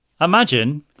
Imagine